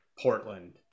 Portland